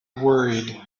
worried